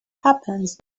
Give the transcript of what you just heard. happens